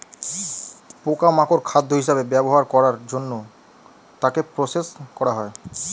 পোকা মাকড় খাদ্য হিসেবে ব্যবহার করার জন্য তাকে প্রসেস করা হয়